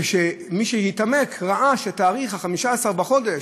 ומי שהתעמק ראה שיום 15 בחודש,